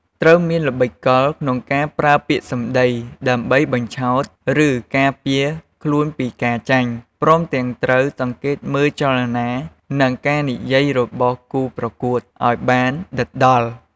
ត្រូវមាន ល្បិចកល ក្នុងការ ប្រើពាក្យសំដី ដើម្បី បញ្ឆោត ឬ ការពារខ្លួនពីការចាញ់ ព្រមទាំងត្រូវ សង្កេតមើលចលនា និង ការនិយាយរបស់គូប្រកួត ឲ្យបានដិតដល់។